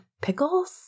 pickles